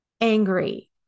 angry